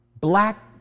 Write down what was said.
Black